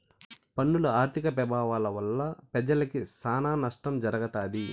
పన్నుల ఆర్థిక పెభావాల వల్ల పెజలకి సానా నష్టం జరగతాది